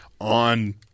on